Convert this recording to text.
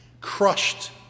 Crushed